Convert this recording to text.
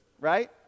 right